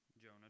Jonah